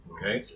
Okay